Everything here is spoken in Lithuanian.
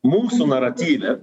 mūsų naratyve